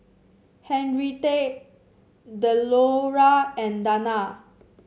Henrietta Delora and Dana